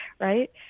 right